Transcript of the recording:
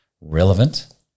relevant